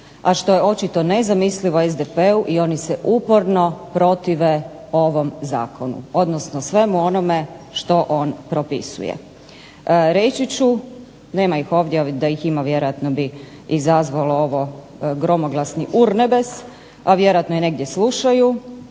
a što je očito nezamislivo SDP-u i oni se uporno protive ovom zakonu odnosno svemu onome što on propisuje. Reći ću nema ih ovdje vjerojatno bi ovo izazvalo gromoglasni urnebes, a vjerojatno negdje slušaju,